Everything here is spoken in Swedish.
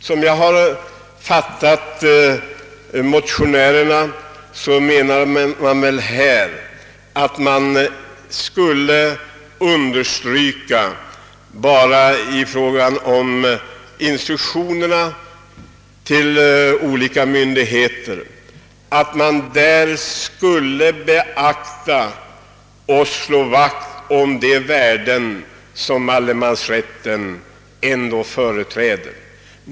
Efter vad jag förstår vill motionärerna endast understryka vikten av att det i instruktionerna till olika myndigheter skall beaktas och slås vakt om de värden som allemansrätten företräder.